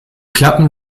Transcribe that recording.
klappen